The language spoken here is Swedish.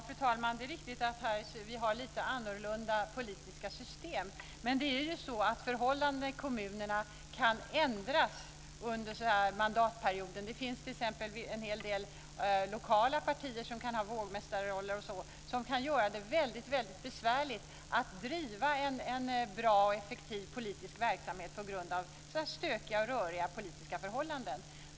Fru talman! Det är riktigt att vi har lite olika politiska system, men det är ju så att förhållandena i kommunerna kan ändras under mandatperioden. Det finns t.ex. en hel del lokala partier som kan ha vågmästarroll, och de kan göra det väldigt besvärligt att driva en bra och effektiv politisk verksamhet på grund av stökiga och röriga politiska förhållanden.